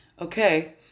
okay